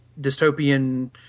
dystopian